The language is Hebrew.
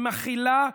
שמכילה,